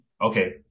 Okay